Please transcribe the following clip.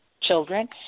children